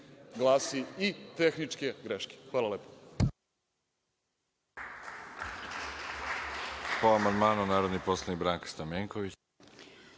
glasi – i tehničke greške. Hvala lepo.